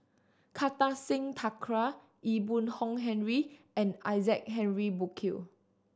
Kartar Singh Thakral Ee Boon Hong Henry and Isaac Henry Burkill